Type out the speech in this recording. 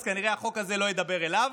אז כנראה החוק הזה לא ידבר אליו.